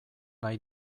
nahi